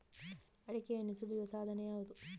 ಅಡಿಕೆಯನ್ನು ಸುಲಿಯುವ ಸಾಧನ ಯಾವುದು?